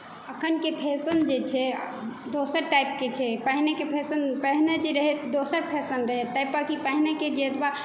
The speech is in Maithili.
अखनके फैशन जे छै दोसर टाइपके छै पहिनेके फैशन पहिने जे रहै दोसर फैशन रहै तै पर कि पहिनेके जेतबा